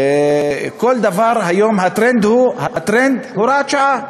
כל דבר, היום הטרנד הוא הוראת שעה.